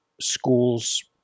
schools